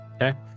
okay